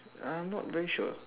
I'm not very sure